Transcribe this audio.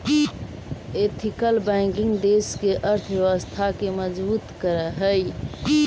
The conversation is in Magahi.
एथिकल बैंकिंग देश के अर्थव्यवस्था के मजबूत करऽ हइ